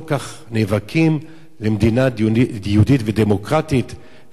כך נאבקים על מדינה יהודית ודמוקרטית,